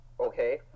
okay